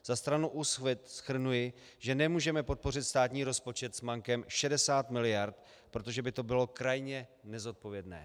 Za stranu Úsvit shrnuji, že nemůžeme podpořit státní rozpočet s mankem 60 mld., protože by to bylo krajně nezodpovědné.